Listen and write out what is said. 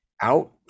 out